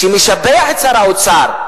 משבחים את שר האוצר,